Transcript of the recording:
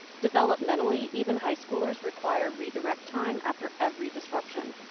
developmentally, even high schoolers require redirect time after every disruption.